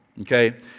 okay